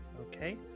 okay